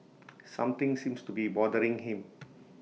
something seems to be bothering him